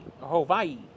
Hawaii